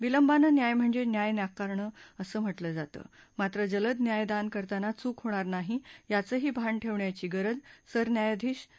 विलंबानं न्याय म्हणजे न्याय नाकारणं असं म्हटलं जातं मात्र जलद न्यायदान करताना चूक होणार नाही याचही भान ठेवण्याची गरज सरन्यायाधीश न्या